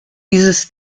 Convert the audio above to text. dieses